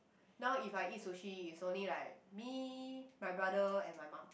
now if I eat sushi is only like me my brother and my mum